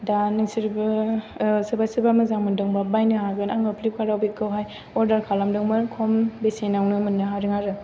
दा नोंसोरबो सोरबा सोरबा मोजां मोन्दोंबा बायनो हागोन आङो फ्लिपकार्टआव बेखौहाय अर्दार खालामदोंमोन खम बेसेनावनो मोननो हादों आरो